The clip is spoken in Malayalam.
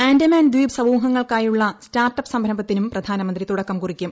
ആൻഡമാൻ ദ്വീപ് സമൂഹങ്ങൾക്കായുള്ള സ്റ്റാർട്ട് അപ് സംരംഭത്തിനും പ്രധാനമന്ത്രി തുടക്കം കുറിക്കും